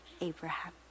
Abraham